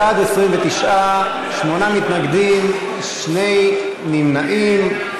בעד, 29, שמונה מתנגדים, שני נמנעים.